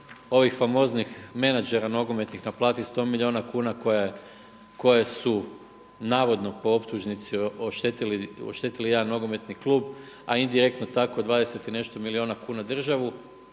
ovih famoznih menadžera nogometnih naplati 100 milijuna kuna koje su navodno po optužnici oštetili jedan nogometni klub, a indirektno tako 20 i nešto milijuna kuna državu,